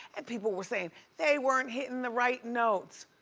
and people were sayin' they weren't hittin' the right notes.